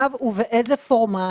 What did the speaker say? ובאיזה פורמט?